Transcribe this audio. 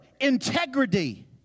integrity